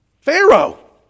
Pharaoh